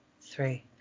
three